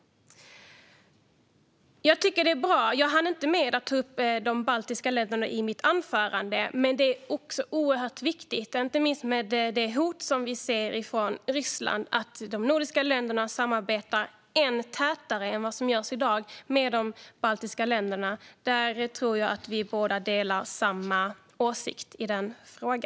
Jag hann inte ta upp de baltiska länderna i mitt anförande. Inte minst med tanke på det hot som vi ser från Ryssland är det oerhört viktigt att de nordiska länderna samarbetar ännu tätare än i dag med de baltiska länderna. Jag tror att vi båda har samma åsikt i denna fråga.